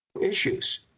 issues